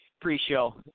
Pre-show